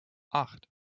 acht